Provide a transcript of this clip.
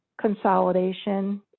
consolidation